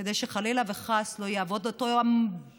כדי שחלילה וחס לא יעבור אותו עבריין,